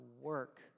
work